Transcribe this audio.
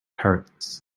parrots